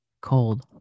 Cold